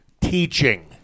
teaching